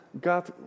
God